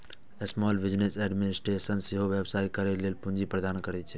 small business administration सेहो व्यवसाय करै लेल पूंजी प्रदान करै छै